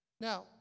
Now